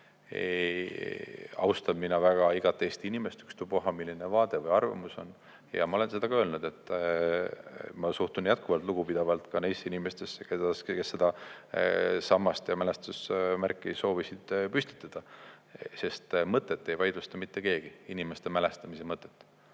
austan mina väga igat Eesti inimest, ükstapuha, milline vaade või arvamus tal on. Ma olen seda ka öelnud, et ma suhtun jätkuvalt lugupidavalt ka neisse inimestesse, kes seda sammast ja mälestusmärki soovisid püstitada, sest inimeste mälestamise mõtet